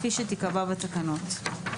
כפי שתיקבע בתקנות.